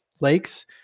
lakes